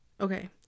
okay